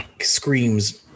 screams